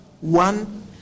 One